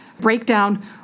Breakdown